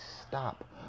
stop